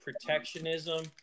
protectionism